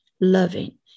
loving